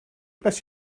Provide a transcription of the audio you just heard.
bless